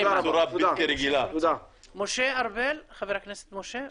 בבקשה, חבר הכנסת משה ארבל.